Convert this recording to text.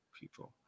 people